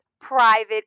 private